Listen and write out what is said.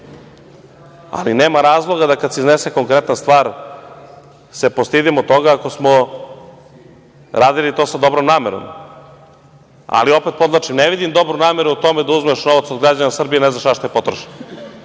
ali nema razloga da kada se iznese konkretna stvar, da se postidimo toga ako smo radili to sa dobrom namerom. Ali opet podvlačim, ne vidim dobru nameru u tome da uzmeš novac od građana Srbije i ne znaš na šta je potrošen